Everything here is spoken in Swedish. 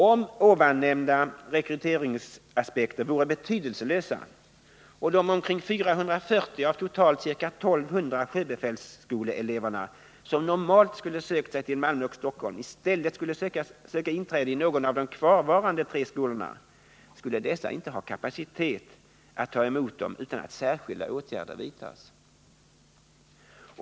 Om nämnda rekryteringsaspekter vore betydelselösa och de omkring 440 av totalt ca 1200 sjöbefälsskoleelever som normalt skulle ha sökt sig till Malmö och Stockholm i stället skulle söka inträde i någon av de kvarvarande tre skolorna, skulle dessa inte ha kapacitet att ta emot dem utan att särskilda åtgärder vidtas.